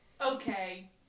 Okay